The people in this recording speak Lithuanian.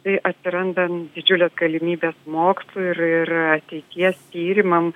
tai atsirandant didžiulės galimybės mokslo ir ir ateities tyrimams